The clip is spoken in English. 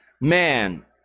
Man